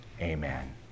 Amen